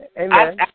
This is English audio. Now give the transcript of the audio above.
amen